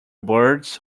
birds